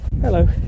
Hello